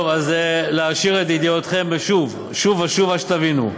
טוב, אז להעשיר את ידיעותיכם שוב ושוב עד שתבינו.